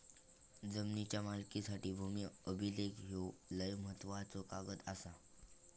जमिनीच्या मालकीसाठी भूमी अभिलेख ह्यो लय महत्त्वाचो कागद आसा